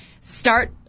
start